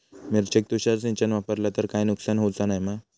मिरचेक तुषार सिंचन वापरला तर काय नुकसान होऊचा नाय मा?